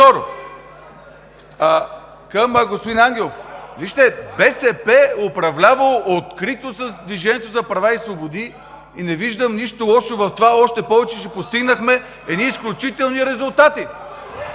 към господин Ангелов – вижте, БСП управлява открито с „Движението за права и свободи“ и не виждам нищо лошо в това, още повече че постигнахме едни изключителни резултати.